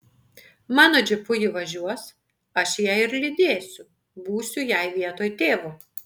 mano džipu ji važiuos aš ją ir lydėsiu būsiu jai vietoj tėvo